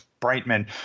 Brightman